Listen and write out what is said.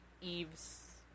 Eve's